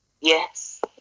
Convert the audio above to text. yes